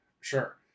sure